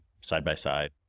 side-by-side